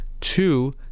two